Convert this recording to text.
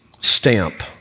stamp